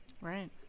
Right